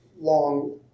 long